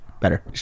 Better